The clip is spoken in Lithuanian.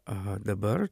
aha dabar